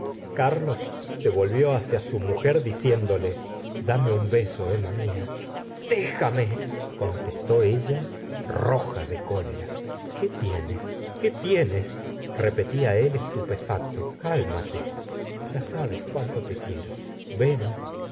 carlos se volvió hacía s u mujer diciéndole tollo u gustavo flaubert dame un beso emma mía déjame contestó ella roja de cólera qué tienes qué tiene repetia él estupefacto cálmate ya sabes cuánto te quiero ven